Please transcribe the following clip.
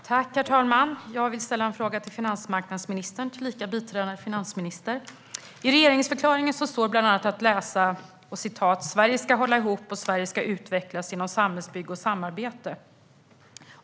Herr talman! Jag vill ställa min fråga till finansmarknadsministern tillika biträdande finansminister. I regeringsförklaringen står bland annat att läsa att Sverige ska hålla ihop och att Sverige ska utvecklas genom samhällsbygge och samarbete.